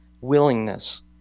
willingness